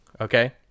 Okay